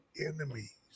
enemies